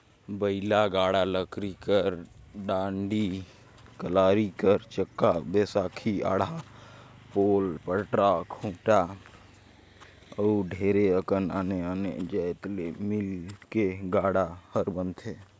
बइला गाड़ा लकरी कर डाड़ी, लकरी कर चक्का, बैसकी, आड़ा, पोल, पटरा, खूटा अउ ढेरे अकन आने आने जाएत ले मिलके गाड़ा हर बनथे